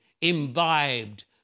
imbibed